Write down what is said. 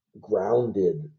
grounded